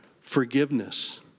forgiveness